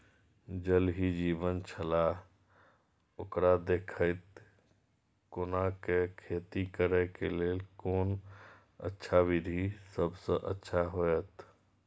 ज़ल ही जीवन छलाह ओकरा देखैत कोना के खेती करे के लेल कोन अच्छा विधि सबसँ अच्छा होयत?